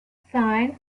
sine